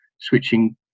switching